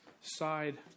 side